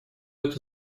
это